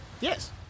Yes